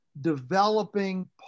developing